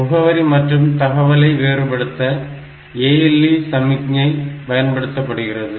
முகவரி மற்றும் தகவலை வேறுபடுத்த ALE சமிக்ஞை பயன்படுத்தப்படுகிறது